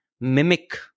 mimic